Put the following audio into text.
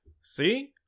See